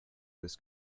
this